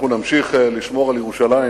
אנחנו נמשיך לשמור על ירושלים